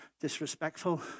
disrespectful